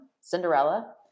Cinderella